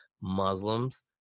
Muslims